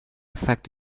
effect